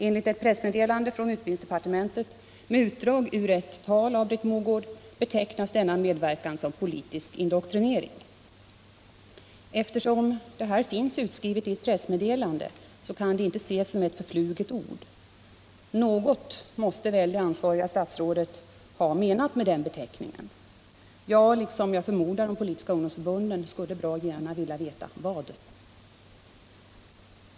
Enligt ett pressmeduttalande rörande delande från utbildningsdepartementet med utdrag ur ett tal av Britt — de politiska Mogård betecknas denna medverkan som ”politisk indoktrinering”. ungdomsförbun Eftersom detta finns utskrivet i ett pressmeddelande kan det inte ses dens medverkan i som ett förfluget ord. Något måste väl det ansvariga statsrådet ha menat = skolan med den beteckningen. Jag — liksom jag förmodar de politiska ungdomsförbunden — skulle bra gärna vilja veta: Vad?